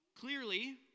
Clearly